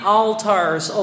altars